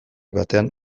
batean